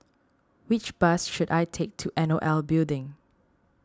which bus should I take to N O L Building